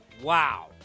Wow